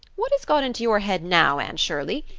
what has got into your head now, anne shirley?